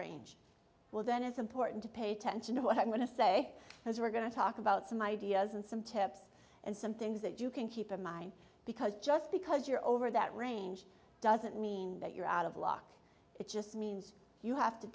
range well then it's important to pay attention to what i'm going to say as we're going to talk about some ideas and some tips and some things that you can keep in mind because just because you're over that range doesn't mean that you're out of luck it just means you have to